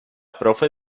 profe